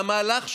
והמהלך שלהם,